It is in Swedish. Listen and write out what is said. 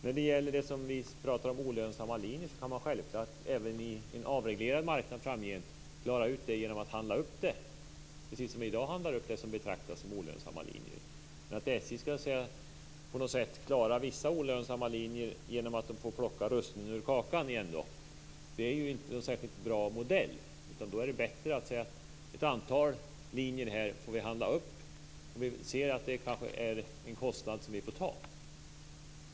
När det gäller olönsamma linjer kan man självklart även på en avreglerad marknad framgent klara ut det genom upphandling, precis som man i dag handlar upp det som betraktas som olönsamma linjer. Men att SJ ska klara vissa olönsamma linjer genom att, igen, plocka russinen ur kakan är inte någon särskilt bra modell. Då vore det bättre att säga att ett antal linjer får vi handla upp, och vi ser att det är en kostnad som vi får ta.